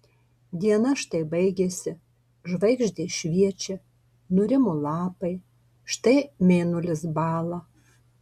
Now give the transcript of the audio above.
diena štai baigėsi žvaigždės šviečia nurimo lapai štai mėnulis bąla